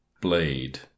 Blade